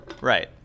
Right